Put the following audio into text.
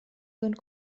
sind